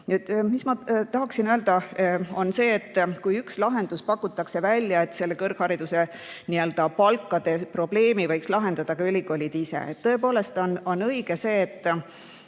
Ma tahaksin öelda seda, et ühe lahendusena pakutakse välja, et kõrghariduse palkade probleemi võiks lahendada ka ülikoolid ise. Tõepoolest on õige see, et